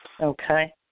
Okay